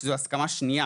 שזו הסכמה שנייה.